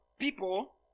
people